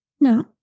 No